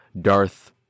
Darth